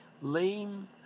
lame